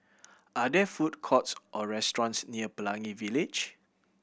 are there food courts or restaurants near Pelangi Village